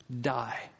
die